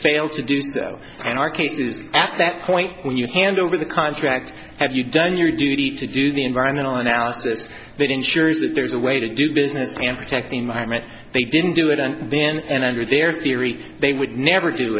failed to do so and our case is at that point when you hand over the contract have you done your duty to do the environmental analysis that ensures that there's a way to do business and protect the environment they didn't do it on the end under their theory they would never do